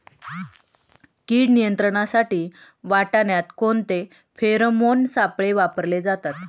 कीड नियंत्रणासाठी वाटाण्यात कोणते फेरोमोन सापळे वापरले जातात?